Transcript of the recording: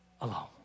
alone